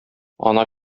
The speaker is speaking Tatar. ана